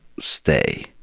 stay